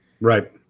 Right